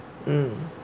mm